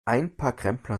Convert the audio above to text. einparkrempler